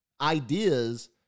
ideas